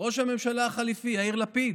ראש הממשלה החליפי יאיר לפיד,